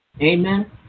Amen